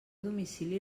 domicili